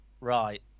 right